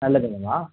நல்லதுங்கம்மா